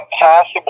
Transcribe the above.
possible